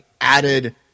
added